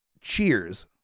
Cheers